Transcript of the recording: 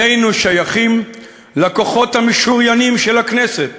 שנינו שייכים לכוחות המשוריינים של הכנסת,